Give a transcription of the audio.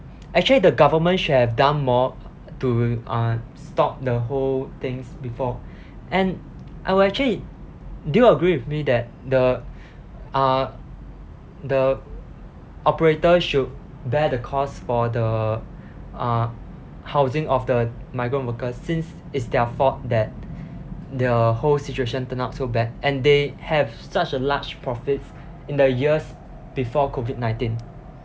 actually the government should have done more to uh stop the whole things before and I will actually do you agree with me that the uh the operator should bear the cost for the uh housing of the migrant workers since it's their fault that the whole situation turned out so bad and they have such a large profit in the years before COVID nineteen